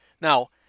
now